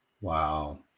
Wow